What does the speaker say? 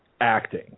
acting